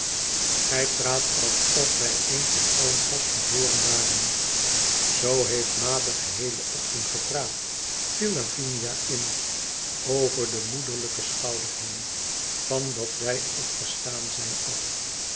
gij praat alsof wij een van allen pasgeboren waren tzoo heeft ma den geheelen ochtend gepraat viel liaviniain over den moederlijken schouder heen van dat wij opgestaan zijn af